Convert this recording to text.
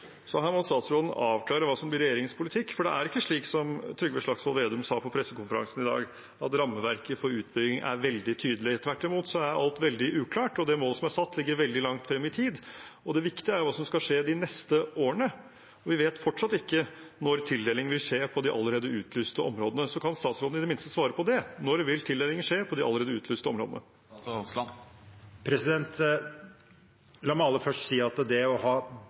Her må statsråden avklare hva som blir regjeringens politikk, for det er ikke slik Trygve Slagsvold Vedum sa på pressekonferansen i dag, at rammeverket for utbygging er veldig tydelig. Tvert imot er alt veldig uklart, og det målet som er satt, ligger veldig langt frem i tid. Det viktige er jo hva som skal skje de neste årene. Vi vet fortsatt ikke når tildeling vil skje på de allerede utlyste områdene. Kan statsråden i det minste svare på det – når vil tildelingen skje på de allerede utlyste områdene? La meg aller først si at det å ha